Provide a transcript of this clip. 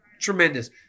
tremendous